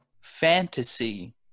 fantasy